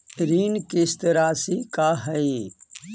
ऋण किस्त रासि का हई?